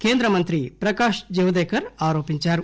కేంద్ర మంత్రి ప్రకాశ్ జవదేకర్ ఆరోపించారు